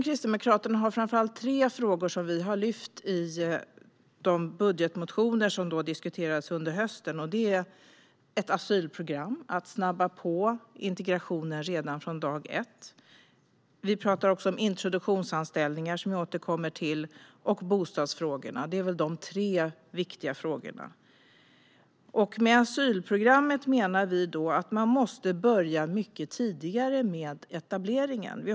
Kristdemokraterna har framför allt tre frågor som vi har lyft upp i de budgetmotioner som diskuterades under hösten. Det är ett asylprogram, det vill säga att snabba på integrationen redan från dag ett, introduktionsanställningar, som jag ska återkomma till, och bostadsfrågorna. De är de tre viktiga frågorna. Med asylprogrammet menar vi att man måste börja mycket tidigare med etableringen.